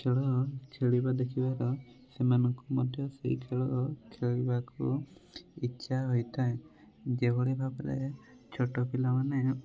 ଖେଳ ଖେଳିବା ଦେଖିବାର ସେମାନଙ୍କୁ ମଧ୍ୟ ସେଇ ଖେଳ ଖେଳିବାକୁ ଇଚ୍ଛା ହୋଇଥାଏ ଯେଉଁଭଳି ଭାବରେ ଛୋଟ ପିଲାମାନେ